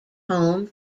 home